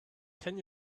can